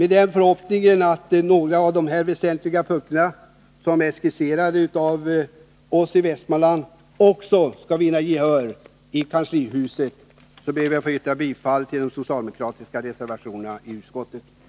I förhoppning om att vi på några av de här väsentliga punkterna, som skisserats av oss i Västmanland, också skall vinna gehör i kanslihuset ber vi att få yrka bifall till de socialdemokratiska reservationerna vid utskottets betänkande.